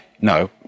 no